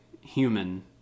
human